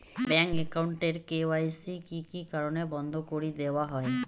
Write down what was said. Bank account এর KYC কি কি কারণে বন্ধ করি দেওয়া হয়?